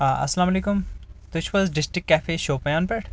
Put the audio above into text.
آ اسلام علیکم تُہۍ چھِو حظ ڈسٹرِکٹ کیفے شوپیان پٮ۪ٹھ